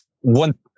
one